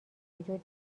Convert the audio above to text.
وجود